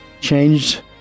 changed